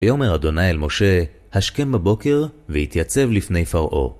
ויאמר ה' אל משה, השכם בבוקר, ויתייצב לפני פרעה.